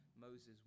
Moses